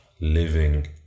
living